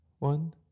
One